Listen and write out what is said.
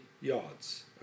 yards